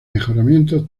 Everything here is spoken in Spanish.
mejoramiento